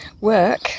work